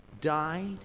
died